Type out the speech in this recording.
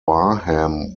barham